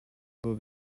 will